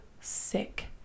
sick